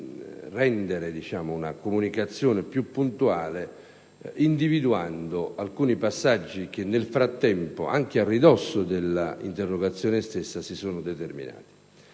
rendere una comunicazione più puntuale individuando alcuni passaggi che, nel frattempo, anche a ridosso dell'interrogazione stessa, si sono determinati,